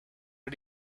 did